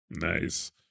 nice